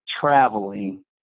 traveling